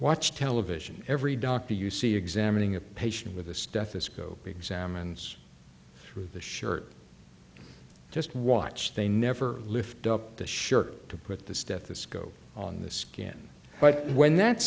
watch television every doctor you see examining a patient with a stethoscope examines through the shirt just watch they never lift up the shirt to put the stethoscope on the skin but when that